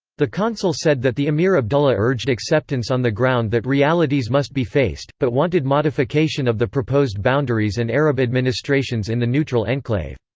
the consul said that the emir abdullah urged acceptance on the ground that realities must be faced, but wanted modification of the proposed boundaries and arab administrations in the neutral enclave.